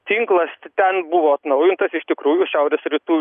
tinklas ten buvo atnaujintas iš tikrųjų šiaurės rytų